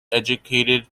educated